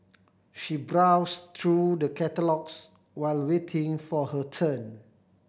she browsed through the catalogues while waiting for her turn